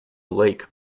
lake